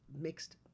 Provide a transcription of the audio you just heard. mixed